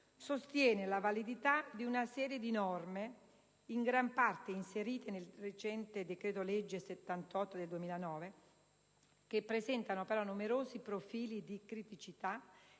sostiene la validità di una serie di norme, in gran parte inserite nel recente decreto-legge n. 78 del 2009, che presentano però numerosi profili di criticità e sono